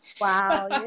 Wow